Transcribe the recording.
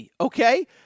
okay